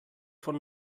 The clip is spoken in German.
von